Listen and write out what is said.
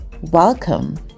welcome